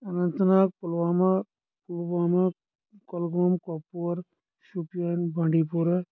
اننت ناگ پُلواما پُلواما گۄلگوم کۄپوور شُپین بانڈی پورا